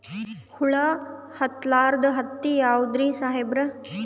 ಹುಳ ಹತ್ತಲಾರ್ದ ಹತ್ತಿ ಯಾವುದ್ರಿ ಸಾಹೇಬರ?